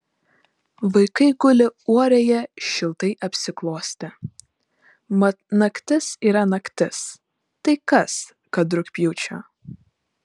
vaikai guli uorėje šiltai apsiklostę mat naktis yra naktis tai kas kad rugpjūčio